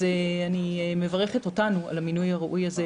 אז אני מברכת אותנו על המינוי הראוי הזה,